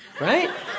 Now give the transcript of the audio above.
right